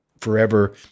forever